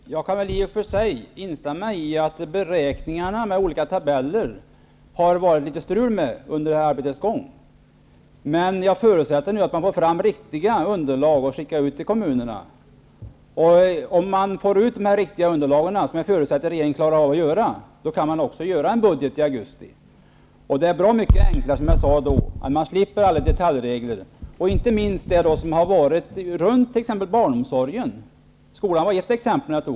Herr talman! Jag kan i och för sig instämma i att det har varit litet strul med beräkningarna med olika tabeller under arbetets gång. Jag förutsätter nu att man kan få fram riktiga underlag för att skicka ut till kommunerna. Om man får ut riktiga underlag -- vilket jag förutsätter att regeringen klarar av -- kan man också göra en budget i augusti. Det kommer som jag sade att bli bra mycket enklare när man slipper alla detaljregler. Det gäller inte minst reglerna när det t.ex. gäller barnomsorgen. Jag tog skolan som exempel.